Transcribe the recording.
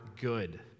good